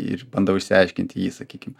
ir bandau išsiaiškinti jį sakykim